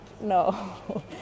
no